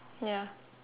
ya